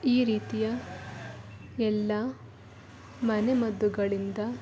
ಈ ರೀತಿಯ ಎಲ್ಲ ಮನೆಮದ್ದುಗಳಿಂದ